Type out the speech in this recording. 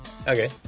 Okay